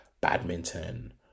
badminton